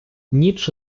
ніч